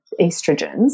estrogens